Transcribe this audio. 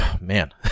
man